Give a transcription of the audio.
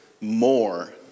more